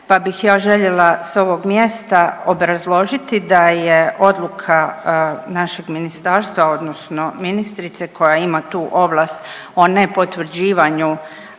Pa bih ja željela s ovog mjesta obrazložiti da je odluka našeg ministra odnosno ministrice koja ima tu ovlast o nepotvrđivanju